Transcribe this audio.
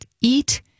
eat